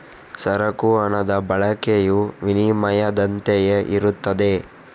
ಸರಕು ಹಣದ ಬಳಕೆಯು ವಿನಿಮಯದಂತೆಯೇ ಇರುತ್ತದೆ